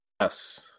Yes